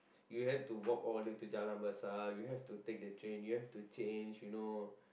you have to walk all the way to Jalan-Besar you have to take the train you have to change you know